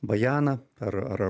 bajaną ar ar